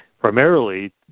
primarily